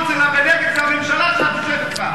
זה הממשלה שאת יושבת בה.